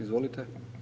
Izvolite.